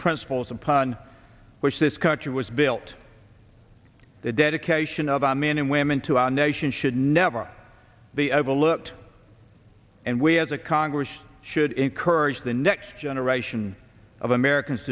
principles upon which this country was built the dedication of our men and women to our nation should never be overlooked and we as a congress should encourage the next generation of americans